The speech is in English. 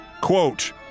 Quote